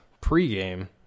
pregame